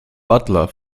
butler